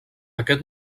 aquest